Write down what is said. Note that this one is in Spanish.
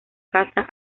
caza